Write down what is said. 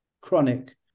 chronic